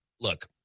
Look